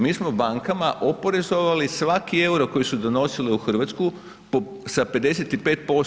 Mi smo bankama oporezovali svaki euro koji su donosile u Hrvatsku sa 55%